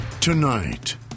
Tonight